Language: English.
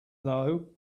though